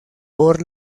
por